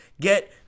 Get